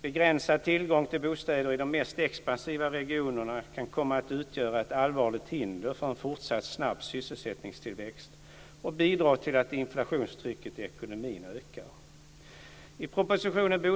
Begränsad tillgång till bostäder i de mest expansiva regionerna kan komma att utgöra ett allvarligt hinder för en fortsatt snabb sysselsättningstillväxt och bidra till att inflationstrycket i ekonomin ökar.